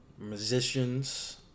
musicians